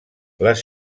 les